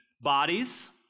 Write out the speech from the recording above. Bodies